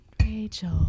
rachel